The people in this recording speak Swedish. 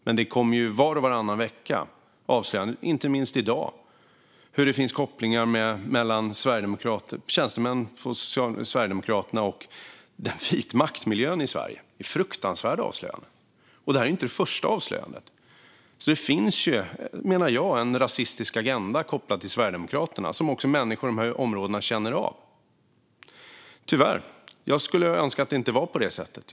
Men det kommer avslöjanden var och varannan vecka, och inte minst i dag, hur det finns kopplingar mellan tjänstemän hos Sverigedemokraterna och vitmaktmiljön i Sverige. Det är fruktansvärda avslöjanden. Detta är inte det första avslöjandet. Jag menar att det finns en rasistisk agenda kopplad till Sverigedemokraterna som också människor i dessa områden känner av, tyvärr. Jag skulle önska att det inte var på det sättet.